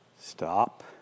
Stop